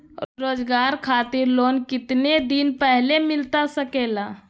रोजगार खातिर लोन कितने दिन पहले मिलता सके ला?